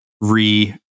re